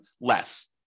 less